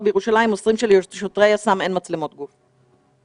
בירושלים מוסרים שלשוטרי יס"מ אין מצלמות גוף.